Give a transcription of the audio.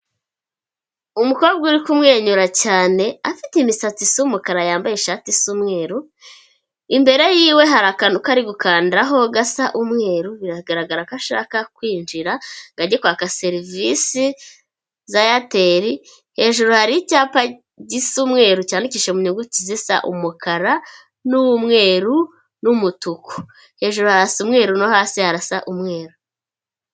Umukobwa uri kumwenyura cyane, afite imisatsi isa umukara yambaye ishati isa umweru, imbere yiwe hari akantu ko ari gukandaraho gasa umweru, biragaragara ko ashaka kwinjira ngo ajye kwaka serivisi za Eyateri, hejuru hari icyapa gisa umweru cyandikishije mu nyuguti zisa umukara n'umweru n'umutuku, hejuru harasa umweru no hasi harasa umweru.